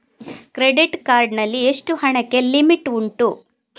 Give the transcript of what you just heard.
Credit card ನಲ್ಲಿ ಎಷ್ಟು ಹಣಕ್ಕೆ ಲಿಮಿಟ್ ಉಂಟು?